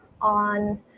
on